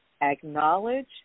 Acknowledge